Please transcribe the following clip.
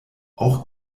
auch